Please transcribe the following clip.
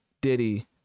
Diddy